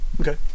Okay